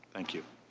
thank you.